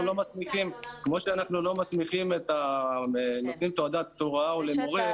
כמו שאנחנו לא מסמיכים או נותנים תעודת הוראה למורה,